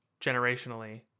generationally